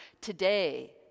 today